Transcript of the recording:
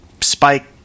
Spike